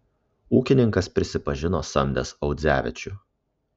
ūkininkas prisipažino samdęs audzevičių